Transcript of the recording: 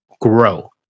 grow